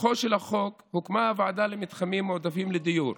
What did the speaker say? מכוחו של החוק הוקמה הוועדה למתחמים מועדפים לדיור,